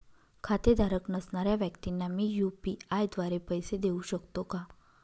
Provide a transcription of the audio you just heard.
खातेधारक नसणाऱ्या व्यक्तींना मी यू.पी.आय द्वारे पैसे देऊ शकतो का?